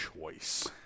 choice